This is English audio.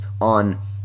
on